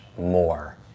more